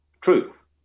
truth